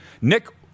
Nick